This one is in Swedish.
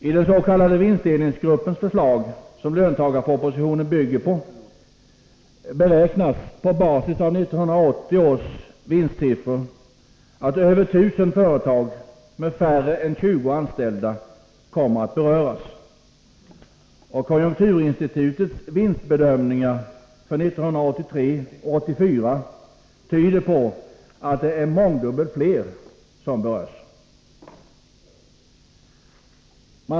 I den s.k. vinstdelningsgruppens förslag, som löntagarfondspropositionen bygger på, beräknas, på basis av 1980 års vinstsiffror, att över 1 000 företag med färre än 20 anställda kommer att beröras. Konjunkturinstitutets vinstbedömningar för 1983 och 1984 tyder på att det är mångdubbelt fler som berörs.